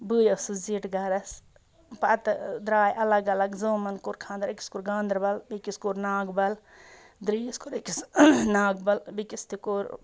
بٕے ٲسٕس زِٹھ گَرَس پَتہٕ درٛاے الگ الگ زٲمَن کوٚر خانٛدَر أکِس کوٚر گاندَربَل بیٚکِس کوٚر ناگ بَل درٛایِِس کوٚر أکِس ناگ بل بیٚکِس تہِ کوٚر